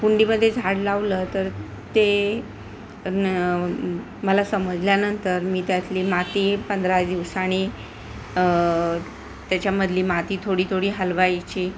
कुंडीमध्ये झाड लावलं तर ते न मला समजल्यानंतर मी त्यातली माती पंधरा दिवसानी त्याच्यामधली माती थोडी थोडी हलवायची